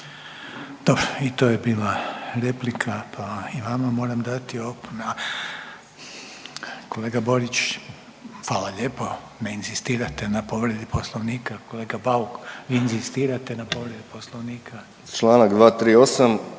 Dobro i to je bila replika, pa i vama moram dati opomenu. Kolega Borić, hvala lijepo, ne inzistirate na povredi poslovnika. Kolega Bauk, vi inzistirate na povredi poslovnika? **Bauk,